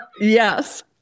Yes